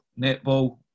netball